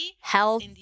health